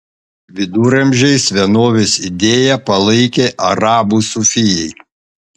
viduramžiais vienovės idėją palaikė arabų sufijai